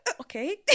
okay